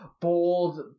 bold